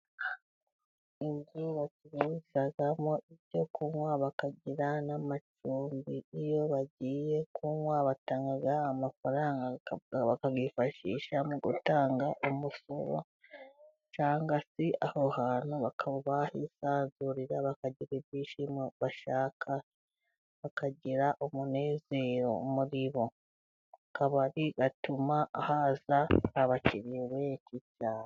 Inzu bacururizamo ibyo kunywa， bakagira n'amacumbi. Iyo bagiye kunywa batanga amafaranga，bakayifashisha mu gutanga umusoro， cyangwa se aho hantu bakaba bahisanzurira，bakagira ibyishimo bashaka， bakagira umunezero muri bo kabari gatuma haza. Akabari gatuma haza abakiriya benshi cyane.